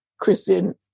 Kristen